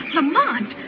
Lamont